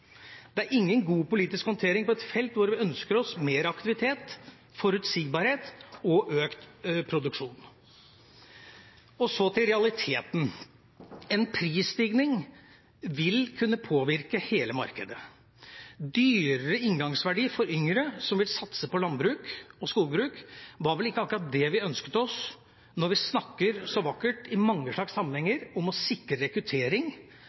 Det er ingen god politisk håndtering på et felt hvor vi ønsker oss mer aktivitet, forutsigbarhet og økt produksjon. Så til realiteten: En prisstigning vil kunne påvirke hele markedet. Dyrere inngangsverdi for yngre som vil satse på landbruk og skogbruk, var vel ikke akkurat det vi ønsket oss når vi snakker så vakkert i mange slags sammenhenger om å sikre rekruttering